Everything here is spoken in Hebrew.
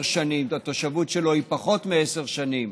שנים והתושבות שלו היא פחות מעשר שנים,